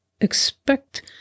Expect